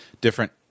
different